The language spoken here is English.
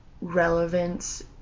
relevance